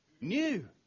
New